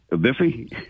Biffy